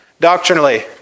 Doctrinally